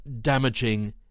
damaging